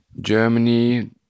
Germany